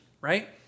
right